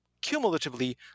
cumulatively